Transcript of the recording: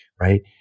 right